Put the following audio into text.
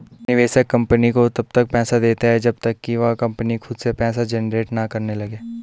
निवेशक कंपनी को तब तक पैसा देता है जब तक कि वह कंपनी खुद से पैसा जनरेट ना करने लगे